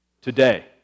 today